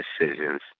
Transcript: decisions